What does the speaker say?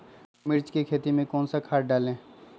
मिर्च की खेती में कौन सा खाद डालें?